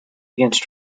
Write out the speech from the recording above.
against